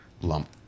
Lump